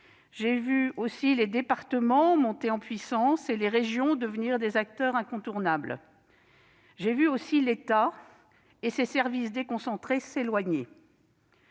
J'ai vu les départements monter en puissance et les régions devenir des acteurs incontournables. J'ai vu aussi l'État et ses services déconcentrés s'éloigner.